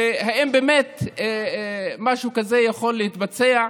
האם באמת משהו כזה יכול להתבצע.